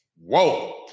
Whoa